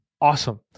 awesome